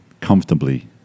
comfortably